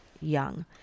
young